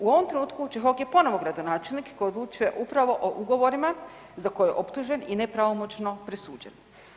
U ovom trenutku Čehok je ponovo gradonačelnik koji odlučuje upravo o ugovorima za koje je optužen i nepravomoćno presuđen.